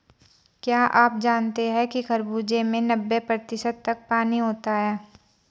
क्या आप जानते हैं कि खरबूजे में नब्बे प्रतिशत तक पानी होता है